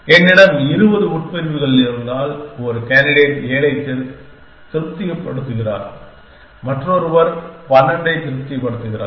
என்னிடம் 20 உட்பிரிவுகள் இருந்தால் ஒரு கேண்டிடேட் 7 ஐ திருப்திப்படுத்துகிறார் மற்றொருவர் 12 ஐ திருப்திப்படுத்துகிறார்